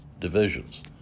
divisions